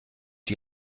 die